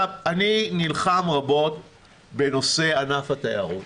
אני נלחם רבות על ענף התיירות,